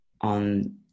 on